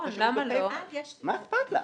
אכפת לך?